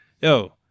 yo